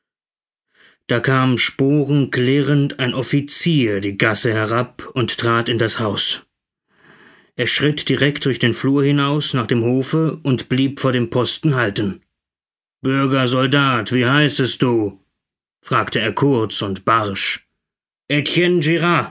da kam sporenklirrend ein offizier die gasse herab und trat in das haus er schritt direkt durch den flur hinaus nach dem hofe und blieb vor dem posten halten bürger soldat wie heißest du fragte er kurz und barsch